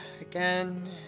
again